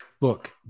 look